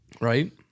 right